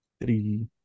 three